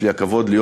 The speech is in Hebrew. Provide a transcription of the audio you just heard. יש לי הכבוד להיות